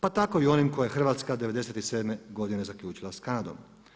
Pa tako i u onim koje je Hrvatska '97. godine zaključila sa Kanadom.